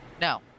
No